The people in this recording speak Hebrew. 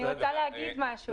אני רוצה להגיד משהו.